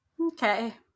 Okay